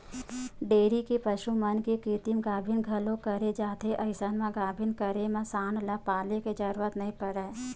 dairy के पसु मन के कृतिम गाभिन घलोक करे जाथे अइसन म गाभिन करे म सांड ल पाले के जरूरत नइ परय